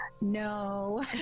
No